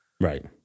right